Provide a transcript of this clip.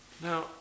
Now